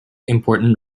important